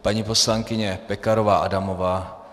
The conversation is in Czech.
Paní poslankyně Pekarová Adamová.